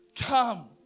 Come